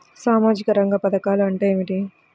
సామాజిక రంగ పధకాలు అంటే ఏమిటీ?